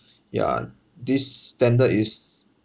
ya this standard is